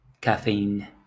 caffeine